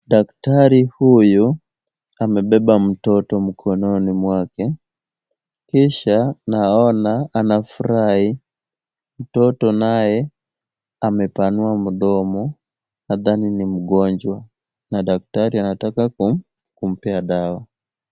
Daktari huyu amebeba mtoto mkononi mwake, kisha naona anafurahi. Mtoto naye amepanua mdomo, nadhani ni mgonjwa na daktari anataka kumpea dawa.